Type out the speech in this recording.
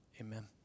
amen